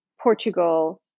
Portugal